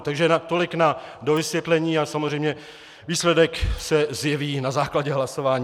Takže tolik na dovysvětlení a samozřejmě výsledek se zjeví na základě hlasování.